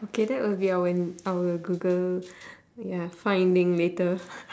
okay that would be our our google ya finding later